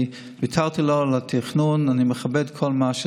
ויתרתי לו על התכנון, אני מכבד את הכול.